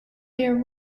their